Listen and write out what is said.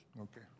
Okay